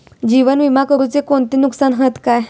जीवन विमा करुचे कोणते नुकसान हत काय?